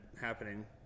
happening